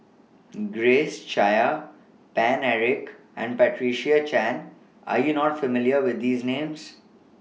Grace Chia Paine Eric and Patricia Chan Are YOU not familiar with These Names